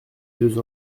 deux